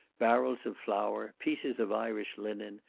barrels of flour, pieces of irish linen,